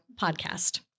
podcast